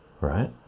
right